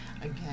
Again